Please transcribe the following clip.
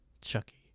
Chucky